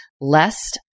lest